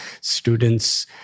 students